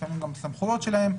לפעמים גם בסמכויות שלהם,